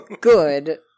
good